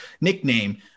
nickname